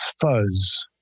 fuzz